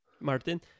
Martin